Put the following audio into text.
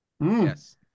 Yes